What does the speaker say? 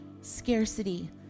scarcity